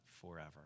forever